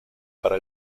para